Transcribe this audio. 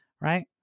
Right